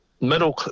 middle